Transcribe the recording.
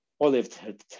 olive